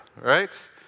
right